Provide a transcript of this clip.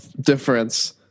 difference